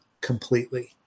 completely